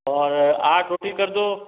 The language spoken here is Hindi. और आठ रोटी कर दो